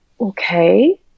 okay